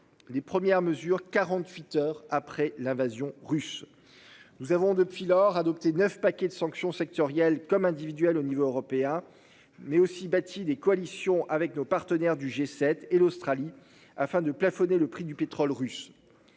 les premières mesures. 48 heures après l'invasion russe. Nous avons depuis lors adopté neuf paquet de sanctions sectorielles comme individuel au niveau européen mais aussi bâtit des coalitions avec nos partenaires du G7 et l'Australie afin de plafonner le prix du pétrole russe.